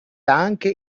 anche